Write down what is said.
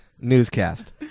newscast